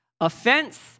Offense